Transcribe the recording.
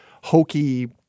hokey